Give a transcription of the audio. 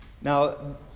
Now